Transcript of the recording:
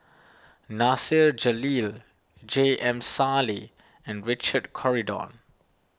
Nasir Jalil J M Sali and Richard Corridon